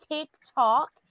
TikTok